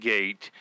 Gate